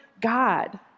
God